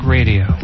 Radio